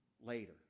later